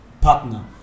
partner